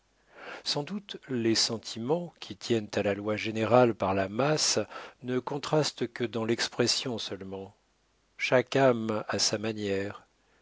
sans doute les sentiments qui tiennent à la loi générale par la masse ne contrastent que dans l'expression seulement chaque âme a sa manière